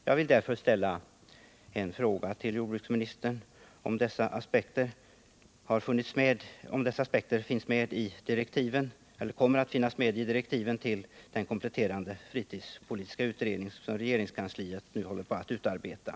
Jag vill mot den bakgrunden fråga jordbruksministern om dessa aspekter kommer att finnas med i direktiven till den kompletterande fritidspolitiska utredningen som regeringskansliet nu håller på att utarbeta.